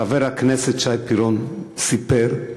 חבר הכנסת שי פירון, סיפר.